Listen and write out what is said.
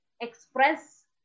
express